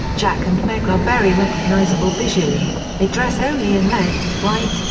jack and meg are very recognisable visually they dress only in red, white,